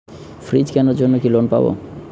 Fridge কেনার জন্য কি লোন পাব?